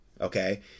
okay